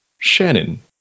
Shannon